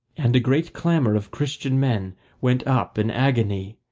and a great clamour of christian men went up in agony,